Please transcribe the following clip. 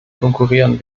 konkurrieren